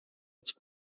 its